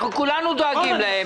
כולנו דואגים להם.